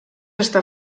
està